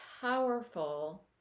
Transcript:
powerful